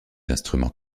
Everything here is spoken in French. instruments